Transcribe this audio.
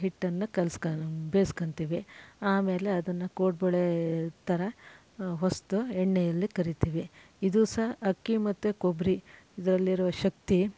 ಹಿಟ್ಟನ್ನು ಕಲಸ್ಕೊಮ್ ಬೇಯಿಸ್ಕೊಂತಿವಿ ಆಮೇಲೆ ಅದನ್ನು ಕೋಡುಬಳೇ ಥರ ಹೊಸೆದು ಎಣ್ಣೆಯಲ್ಲಿ ಕರಿತೇವೆ ಇದು ಸಹ ಅಕ್ಕಿ ಮತ್ತು ಕೊಬ್ಬರಿ ಇದರಲ್ಲಿರುವ ಶಕ್ತಿ